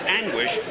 anguish